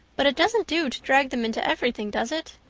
but it doesn't do to drag them into everything, does it?